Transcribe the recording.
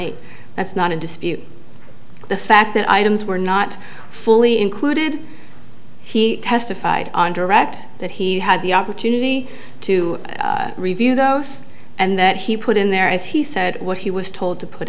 eight that's not in dispute the fact that items were not fully included he testified on direct that he had the opportunity to review those and that he put in there as he said what he was told to put